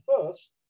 first